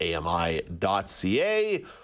ami.ca